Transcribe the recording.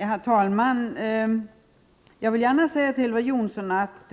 Herr talman! Jag vill gärna säga till Elver Jonsson att